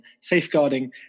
safeguarding